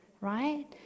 right